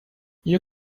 you